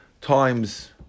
times